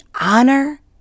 honor